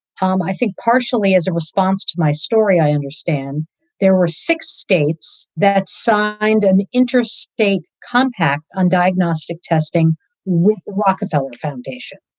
um i think partially as a response to my story, i understand there were six states that signed an interstate compact on diagnostic testing with the rockefeller foundation.